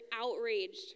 outraged